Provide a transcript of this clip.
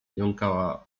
jąkała